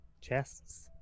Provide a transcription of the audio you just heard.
Chests